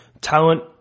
talent